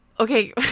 Okay